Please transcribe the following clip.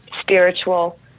spiritual